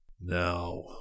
Now